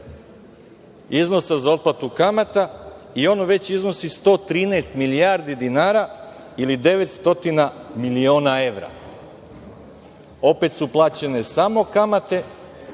iznosa za otplatu kamata i ona već iznosi 113 milijardi dinara ili 900 miliona evra. Opet su plaćene samo kamate,